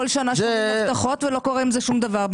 כל שנה שומעים הבטחות ולא קורה עם זה שום דבר,